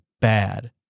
bad